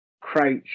crouch